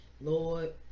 lord